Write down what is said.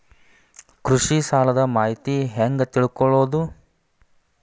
ಕೃಷಿ ಸಾಲದ ಮಾಹಿತಿ ಹೆಂಗ್ ತಿಳ್ಕೊಳ್ಳೋದು?